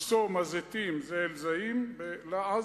מחסום הזיתים, זה אל-זעים בלעז,